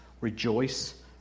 rejoice